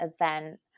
event